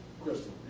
Crystal